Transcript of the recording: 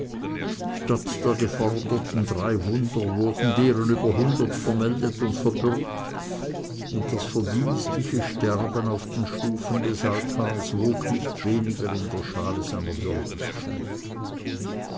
statt der geforderten drei wunder wurden deren über hundert vermeldet und verbürgt und das verdienstliche sterben auf den stufen des altars wag nicht weniger in der schale seiner würdigkeit